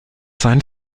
sein